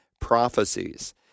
prophecies